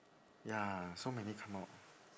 ya so many come out